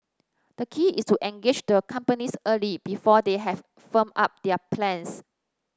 the key is to engage the companies early before they have firmed up their plans